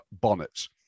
bonnets